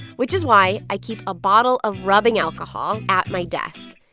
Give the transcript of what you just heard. which is why i keep a bottle of rubbing alcohol at my desk.